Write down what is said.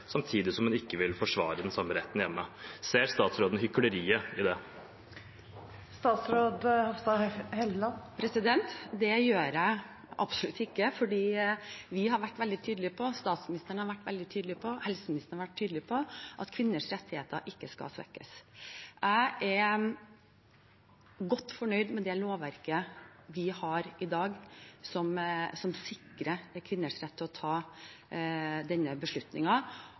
samtidig som hun ikke vil forsvare den samme retten hjemme. Ser statsråden hykleriet i det? Det gjør jeg absolutt ikke, for vi har vært veldig tydelige på, statsministeren har vært veldig tydelig på, helseministeren har vært tydelig på, at kvinners rettigheter ikke skal svekkes. Jeg er godt fornøyd med det lovverket vi har i dag, som sikrer kvinners rett til å ta denne